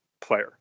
player